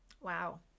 Wow